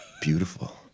beautiful